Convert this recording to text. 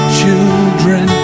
children